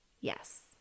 Yes